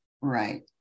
Right